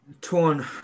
Torn